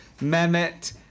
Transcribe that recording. Mehmet